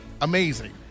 Amazing